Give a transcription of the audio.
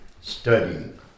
studying